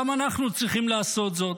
גם אנחנו צריכים לעשות זאת.